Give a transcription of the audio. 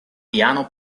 piano